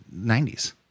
90s